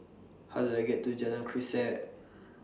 How Do I get to Jalan Grisek